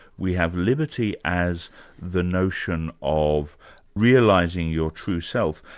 we have liberty as the notion of realising your true self,